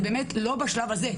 זה באמת לא בשלב הזה,